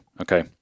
Okay